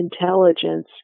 intelligence